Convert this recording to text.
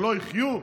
שלא יחיו?